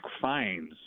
fines